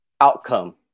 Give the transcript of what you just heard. outcome